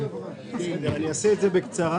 אעשה את זה בקצרה,